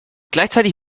gleichzeitig